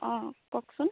অঁ কওঁকচোন